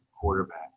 quarterback